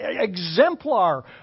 exemplar